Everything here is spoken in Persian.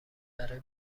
برای